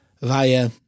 via